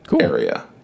area